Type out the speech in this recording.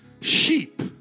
sheep